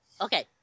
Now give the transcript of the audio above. Okay